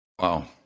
Wow